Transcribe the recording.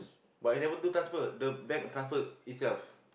but I never do transfer the bank transfer itself